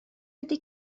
ydy